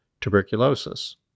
tuberculosis